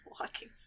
walking